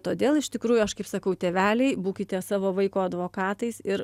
todėl iš tikrųjų aš kaip sakau tėveliai būkite savo vaiko advokatais ir